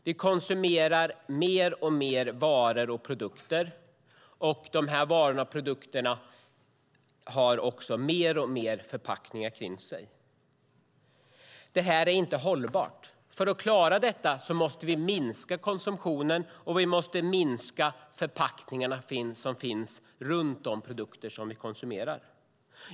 Vi konsumerar mer och mer varor och produkter, och dessa varor och produkter har mer och mer förpackningar runt sig. Det är inte hållbart. För att klara detta måste vi minska på konsumtionen och förpackningarna.